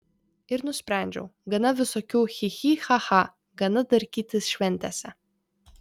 ir nusprendžiau gana visokių chi chi cha cha gana darkytis šventėse